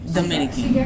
Dominican